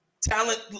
talent